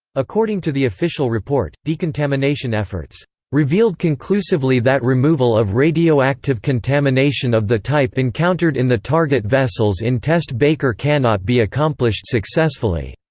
according to the official report, decontamination efforts revealed conclusively that removal of radioactive contamination of the type encountered in the target vessels in test baker cannot be accomplished successfully.